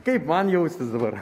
kaip man jaustis dabar